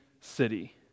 city